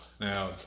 now